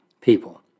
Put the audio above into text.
people